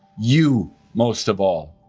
you most of all.